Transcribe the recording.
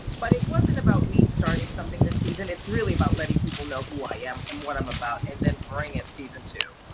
but it wasn't about me starting something this season, it's really about letting people know who i am and what i'm about, and then bring it season two.